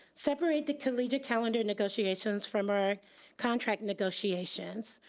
separate the collegiate calendar negotiations from our contract negotiations.